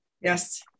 Yes